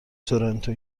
تورنتو